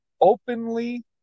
openly